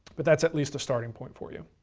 but that's at least a starting point for you.